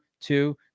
two